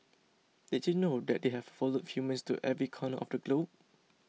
did you know that they have followed humans to every corner of the globe